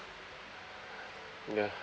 ya